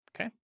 okay